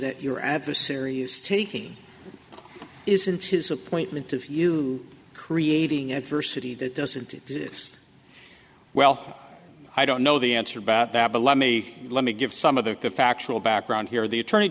that your adversary is taking isn't his appointment if you creating adversity that doesn't exist well i don't know the answer about that but let me let me give some of the factual background here the attorney